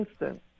instant